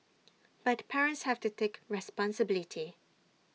but parents have to take responsibility